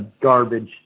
garbage